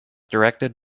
directed